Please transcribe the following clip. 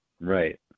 right